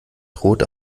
droht